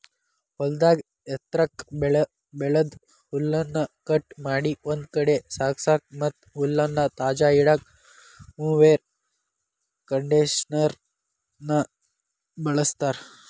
ಹೊಲದಾಗ ಎತ್ರಕ್ಕ್ ಬೆಳದ ಹುಲ್ಲನ್ನ ಕಟ್ ಮಾಡಿ ಒಂದ್ ಕಡೆ ಸಾಗಸಾಕ ಮತ್ತ್ ಹುಲ್ಲನ್ನ ತಾಜಾ ಇಡಾಕ ಮೊವೆರ್ ಕಂಡೇಷನರ್ ನ ಬಳಸ್ತಾರ